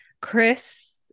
Chris